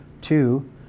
two